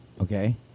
Okay